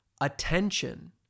Attention